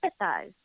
empathize